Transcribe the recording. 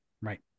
Right